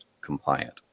compliant